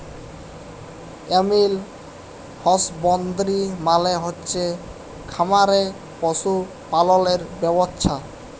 animal husbandry মালে হচ্ছে খামারে পশু পাললের ব্যবছা